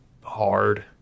hard